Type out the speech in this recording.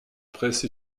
presse